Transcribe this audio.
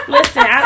Listen